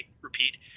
repeat